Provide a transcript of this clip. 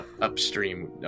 upstream